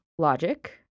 logic